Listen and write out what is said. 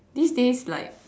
these days like